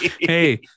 Hey